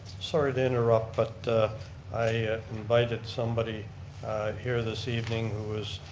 sorry to interrupt but i invited somebody here this evening who was,